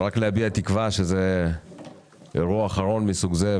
אני מביע תקווה שזה אירוע אחרון מסוג זה,